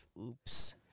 Oops